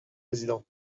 président